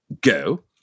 go